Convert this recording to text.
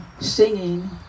singing